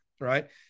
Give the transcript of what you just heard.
Right